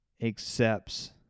accepts